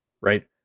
right